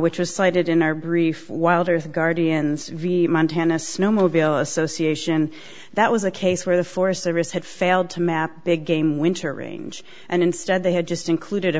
which was cited in our brief wylder of the guardian's v montana snowmobile association that was a case where the forest service had failed to map big game winter range and instead they had just included a